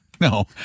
No